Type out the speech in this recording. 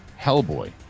Hellboy